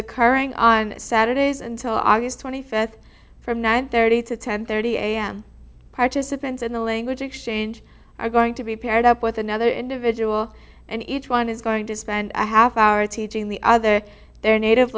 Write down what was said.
occurring on saturdays until august twenty fifth from nine thirty to ten thirty am participants in the language exchange are going to be paired up with another individual and each one is going to spend a half hour teaching the other their native